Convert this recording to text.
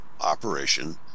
operation